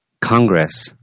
Congress